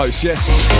Yes